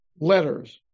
letters